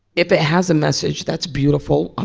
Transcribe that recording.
if it has a message, that's beautiful. um